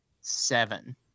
Seven